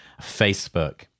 Facebook